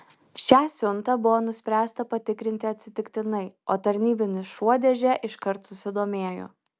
šią siuntą buvo nuspręsta patikrinti atsitiktinai o tarnybinis šuo dėže iškart susidomėjo